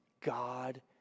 God